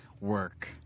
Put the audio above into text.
work